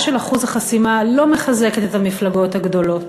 של אחוז החסימה לא מחזקת את המפלגות הגדולות.